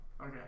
Okay